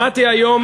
שמעתי היום,